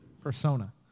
persona